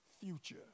future